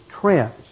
trends